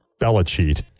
Belichick